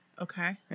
Okay